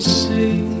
see